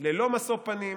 ללא משוא פנים,